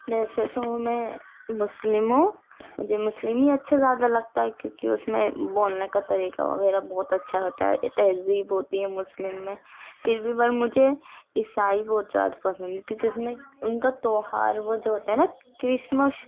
ویسے تو میں مسلم ہوں مجھے مسلم ہی اچھے زیادہ لگتا ہے کیونکہ اس میں بولنے کا طریقہ وغیرہ بہت اچھا ہوتا ہے تہذیب ہوتی ہے مسلم میں پھر بھی بار مجھے عیسائی بہت زیادہ پسند ہیں کیونکہ اس میں ان کا تہوار وہ جو ہوتا ہے نا کرسمس